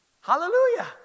Hallelujah